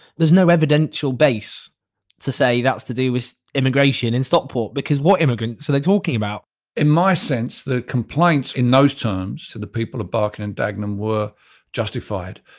there's no evidential base to say that's to do with immigration in stockport because what immigrants are they talking about in my sense the complaints in those terms to the people of barking and dagenham were justified,